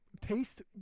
taste